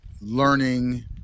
learning